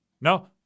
No